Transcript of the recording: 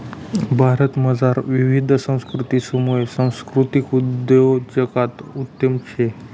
भारतमझार विविध संस्कृतीसमुये सांस्कृतिक उद्योजकता उत्तम शे